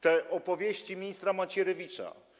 Te opowieści ministra Macierewicza.